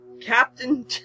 Captain